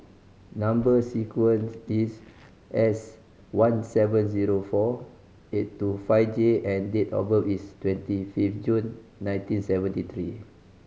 number sequence is S one seven zero four eight two five J and date of birth is twenty fifth June nineteen seventy three